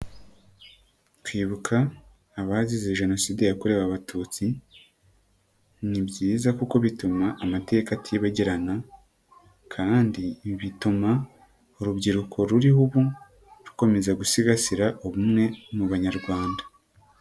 Kwibuka abazize Jenoside yakorewe Abatutsi ni byiza kuko bituma amateka atibagirana kandi ibi bituma urubyiruko ruriho ubu, rukomeza gusigasira ubumwe mu banyarwanda.